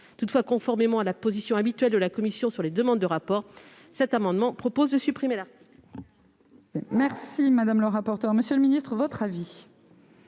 Toutefois, conformément à la position habituelle de la commission sur les demandes de rapport, il s'agit, par cet amendement, de supprimer l'article.